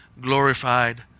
glorified